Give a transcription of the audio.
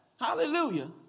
hallelujah